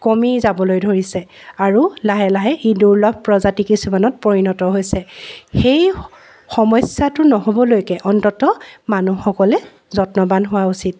কমি যাবলৈ ধৰিছে আৰু লাহে লাহে ই দুৰ্লভ প্ৰজাতি কিছুমানত পৰিণত হৈছে সেই সমস্যাটো নহ'বলৈকে অন্তত মানুহসকলে যত্নবান হোৱা উচিত